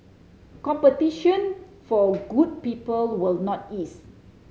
competition for good people will not ease